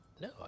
no